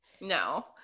No